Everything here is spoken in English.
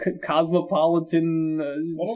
cosmopolitan